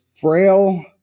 frail